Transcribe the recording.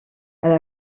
elle